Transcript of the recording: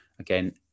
Again